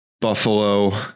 Buffalo